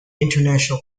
international